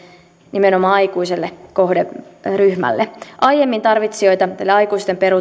nimenomaan aikuiselle kohderyhmälle aiemmin tarvitsijoita tälle aikuisten